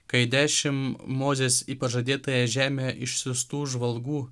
kai dešim mozės į pažadėtąją žemę išsiųstų žvalgų